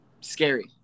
scary